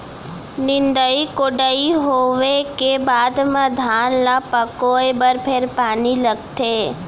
निंदई कोड़ई होवे के बाद म धान ल पकोए बर फेर पानी लगथे